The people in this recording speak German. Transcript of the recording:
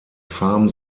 farm